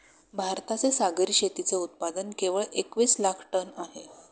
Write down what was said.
भारताचे सागरी शेतीचे उत्पादन केवळ एकवीस लाख टन आहे